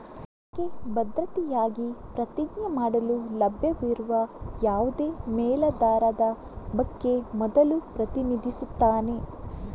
ಸಾಲಕ್ಕೆ ಭದ್ರತೆಯಾಗಿ ಪ್ರತಿಜ್ಞೆ ಮಾಡಲು ಲಭ್ಯವಿರುವ ಯಾವುದೇ ಮೇಲಾಧಾರದ ಬಗ್ಗೆ ಮೊದಲು ಪ್ರತಿನಿಧಿಸುತ್ತಾನೆ